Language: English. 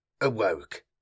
awoke